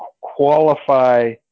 qualify